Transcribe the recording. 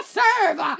serve